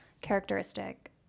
characteristic